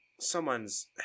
someone's